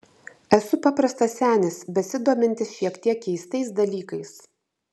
esu paprastas senis besidomintis šiek tiek keistais dalykais